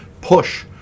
push